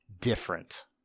Different